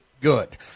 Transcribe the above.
good